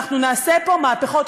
אנחנו נעשה פה מהפכות,